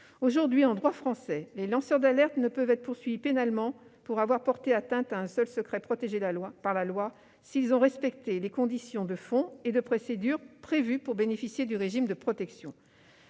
Aujourd'hui, en droit français, les lanceurs d'alerte ne peuvent être poursuivis pénalement pour avoir porté atteinte à un secret protégé par la loi s'ils ont respecté les conditions de fond et de procédure prévues pour bénéficier du régime de protection.